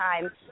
time